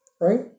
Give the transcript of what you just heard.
Right